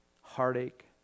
heartache